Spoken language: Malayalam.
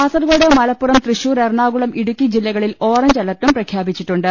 കാസർകോ ട് മലപ്പുറം തൃശൂർ എറണാകുളം ഇടുക്കി ജില്ലകളിൽ ഓറഞ്ച് അലർട്ടും പ്രഖ്യാപിച്ചിട്ടുണ്ട്